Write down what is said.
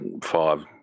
five